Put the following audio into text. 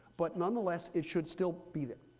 but nonetheless, it should still be there.